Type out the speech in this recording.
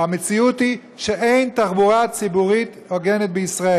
המציאות היא שאין תחבורה ציבורית הוגנת במדינת ישראל.